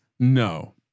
No